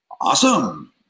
Awesome